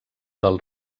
del